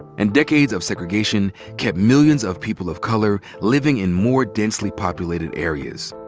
and decades of segregation kept millions of people of color living in more densely populated areas.